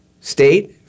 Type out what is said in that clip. state